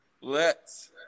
lets